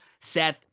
Seth